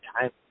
time